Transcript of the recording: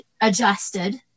adjusted